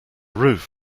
roof